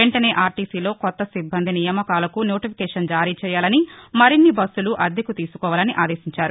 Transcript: వెంటనే ఆర్లీసీలో కొత్త సిబ్బంది నియామకాలకు నోటిఫికేషన్ జారీ చేయాలని మరిన్ని బస్సులు అద్దెకు తీసుకోవాలని ఆదేశించారు